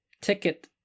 ticket